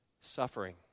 suffering